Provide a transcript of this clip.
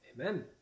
Amen